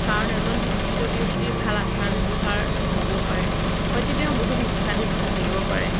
কাৰণ এজন শিক্ষিত ব্যক্তিৰ ভাল আচাৰ ব্যৱহাৰ নহ'বও পাৰে হয়তো তেওঁৰ বহুত শিক্ষা দীক্ষা থাকিব পাৰে